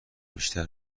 بیشتر